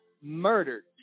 murdered